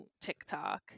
TikTok